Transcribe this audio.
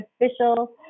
official